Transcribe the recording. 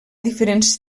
diferents